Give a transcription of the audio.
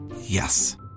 Yes